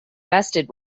vested